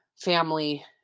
family